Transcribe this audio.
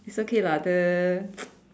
it's okay lah the